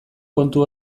kontu